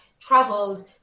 traveled